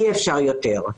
אי אפשר יותר.